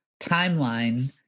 timeline